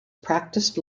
practiced